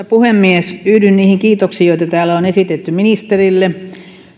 puhemies yhdyn niihin kiitoksiin joita täällä on esitetty ministerille